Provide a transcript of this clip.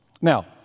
Now